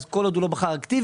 אז כל עוד הוא לא בחר אקטיבית,